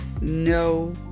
no